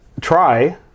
try